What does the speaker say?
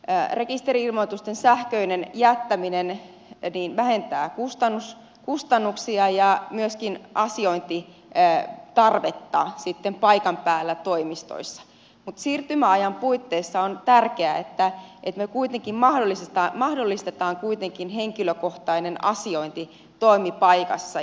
rekisteri ilmoitusten sähköinen jättäminen vähentää kustannuksia ja myöskin asiointitarvetta paikan päällä toimistoissa mutta siirtymäajan puitteissa on tärkeää että me mahdollistamme kuitenkin henkilökohtaisen asioinnin toimipaikassa